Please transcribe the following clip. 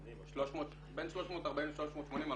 בין 340 מיליון ל-380 מיליון,